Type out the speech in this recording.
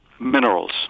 minerals